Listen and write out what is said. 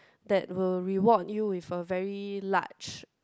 that will reward you with a very large